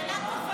שאלה טובה.